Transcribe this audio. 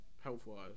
health-wise